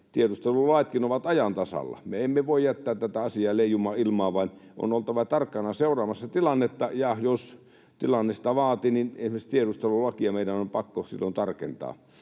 tiedustelulaitkin ovat ajan tasalla. Me emme voi jättää tätä asiaa leijumaan ilmaan, vaan on oltava tarkkana seuraamassa tilannetta, ja jos tilanne sitä vaatii, niin esimerkiksi tiedustelulakia meidän on pakko silloin tarkentaa.